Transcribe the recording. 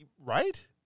Right